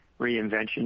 reinvention